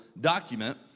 document